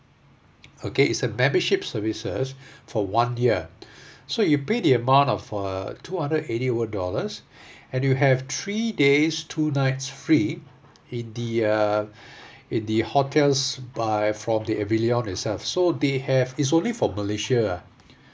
okay it's a membership services for one year so you pay the amount of uh two hundred eighty over dollars and you have three days two nights free in the uh in the hotel by from the avillion itself so they have it's only for malaysia ah